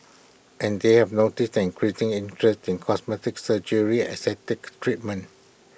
and they have noticed an increasing interest in cosmetic surgery aesthetic treatments